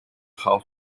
how